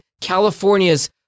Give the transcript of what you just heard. California's